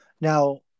now